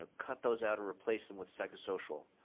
ah cut those out or replace them with psychosocial.